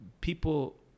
people